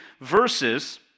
verses